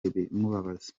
ibimubabaza